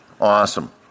Awesome